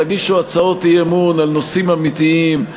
תגישו הצעות אי-אמון על נושאים אמיתיים,